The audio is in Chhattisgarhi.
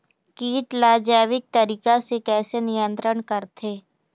कीट ला जैविक तरीका से कैसे नियंत्रण करथे?